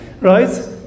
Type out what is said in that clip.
right